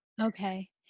okay